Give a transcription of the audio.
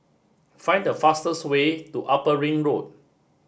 find the fastest way to Upper Ring Road